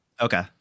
Okay